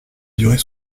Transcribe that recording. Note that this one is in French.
durer